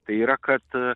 tai yra kad